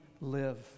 live